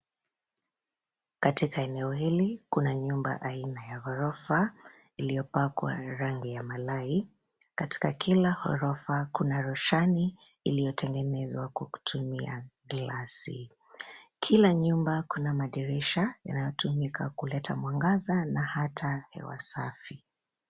Katika eneo hili, kuna nyumba aina ya ghorofa iliyopakwa rangi ya malai. Katika kila ghorofa kuna roshani iliyotengenezwa kwa kutumia glasi. Kila nyumba kuna madirisha yanayotumika kuleta mwangaza na hata hewa safi.